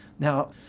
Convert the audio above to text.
Now